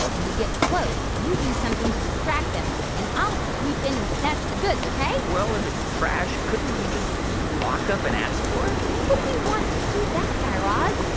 when we get close, you do something to distract them, and i'll sweep and snatch the goods, ok? well if it's trash, couldn't we just walk up and ask for it? why would we want to do that, guy raz?